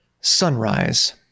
Sunrise